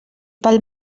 pel